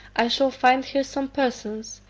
i shall find here some persons,